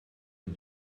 dem